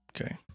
Okay